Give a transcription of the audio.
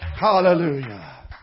Hallelujah